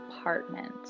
apartment